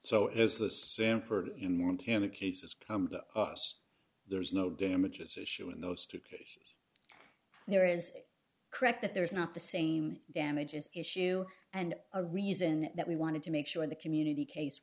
so is the sanford in one can of cases come to us there is no damages issue in those two cases there is correct that there is not the same damages issue and a reason that we wanted to make sure the community case